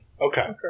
Okay